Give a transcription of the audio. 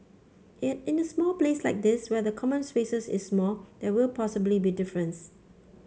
and in a small place like this where the common spaces is small there will possibly be difference